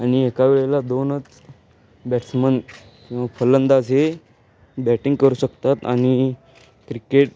आणि एकावेळेला दोनच बॅट्समन किंवा फलंदाज हे बॅटिंग करू शकतात आणि क्रिकेट